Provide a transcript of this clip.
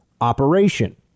operation